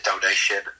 donation